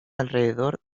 alrededor